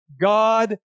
God